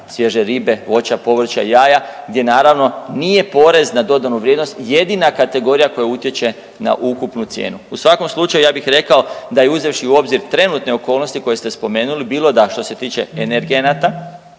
svježe ribe, voća, povrća, jaja gdje naravno nije porez na dodanu vrijednost jedina kategorija koja utječe na ukupnu cijenu. U svakom slučaju ja bih rekao da je uzevši u obzir trenutne okolnosti koje ste spomenuli bilo da što se tiče energenata,